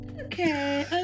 okay